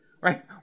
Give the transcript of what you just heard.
right